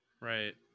Right